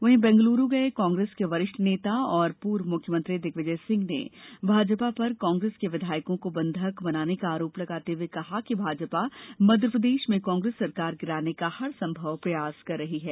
वही बेंगलुरू गए कांग्रेस के वरिष्ठ नेता और पूर्व मुख्यमंत्री दिग्विजय सिंह ने भाजपा पर कांग्रेस के विधायकों को बंधक बनाने का आरोप लगाते हुए कहा है कि भाजपा मध्य प्रदेश में कांग्रेस सरकार गिराने का हरसंभव प्रयास कर रही है